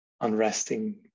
unresting